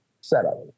setup